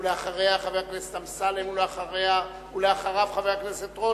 אחריה, חבר הכנסת אמסלם, ואחריו, חבר הכנסת רותם.